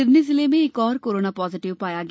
सिवनी जिले में एक और कोरोना पॉजिटिव पाया गया